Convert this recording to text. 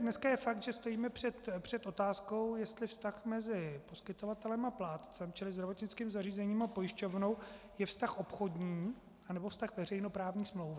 Víte, dnes je fakt, že stojíme před otázkou, jestli vztah mezi poskytovatelem a plátcem, čili zdravotnickým zařízením a pojišťovnou, je vztah obchodní, nebo vztah veřejnoprávní smlouvy.